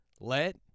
Let